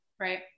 Right